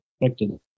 expected